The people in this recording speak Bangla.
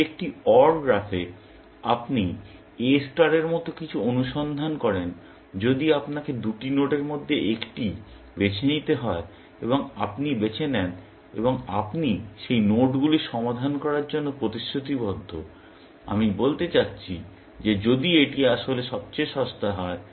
যদি একটি OR গ্রাফে আপনি A ষ্টার এর মতো কিছু অনুসন্ধান করেন যদি আপনাকে দুটি নোডের মধ্যে একটি বেছে নিতে হয় এবং আপনি বেছে নেন এবং আপনি সেই নোডগুলির সমাধান করার জন্য প্রতিশ্রুতিবদ্ধ আমি বলতে চাচ্ছি যে যদি এটি আসলে সবচেয়ে সস্তা হয়